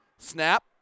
Snap